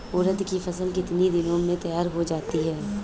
उड़द की फसल कितनी दिनों में तैयार हो जाती है?